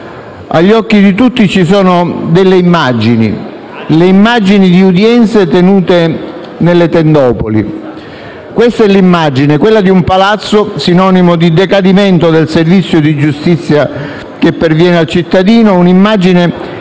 agli occhi di tutti ci sono delle immagini: le immagini di udienze tenute nelle tendopoli. Questa è l'immagine, quella di un palazzo sinonimo di decadimento del servizio di giustizia che perviene al cittadino, un'immagine